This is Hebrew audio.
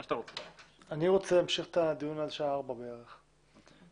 אני רוצה להמשיך את הדיון עד שעה 16:00 בערך כדי